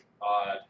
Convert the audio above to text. odd